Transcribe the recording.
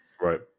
Right